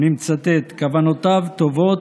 אני מצטט: כוונותיו טובות,